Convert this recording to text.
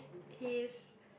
he's